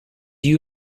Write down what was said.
you